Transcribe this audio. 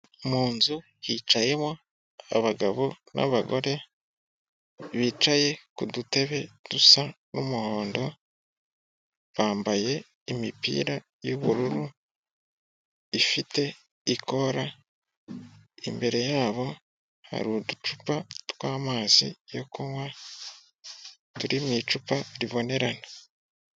Mu nzu hicayemo abagabo n'abagore bicaye ku dutene dusa n'umuhondo, bambaye imipita y'ubururu ifite ikora, imbere yabo hari uducupa tw'amazi yo kunywa turi mu icupa ribonerana.